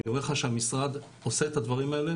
אני אומר לך שהמשרד עושה את הדברים האלה